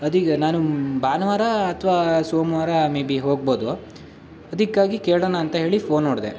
ಅದು ಈಗ ನಾನು ಭಾನುವಾರ ಅಥವಾ ಸೋಮವಾರ ಮೇಬಿ ಹೋಗ್ಬೋದು ಅದಕ್ಕಾಗಿ ಕೇಳಣ ಅಂತ ಹೇಳಿ ಫೋನ್ ಹೊಡೆದೆ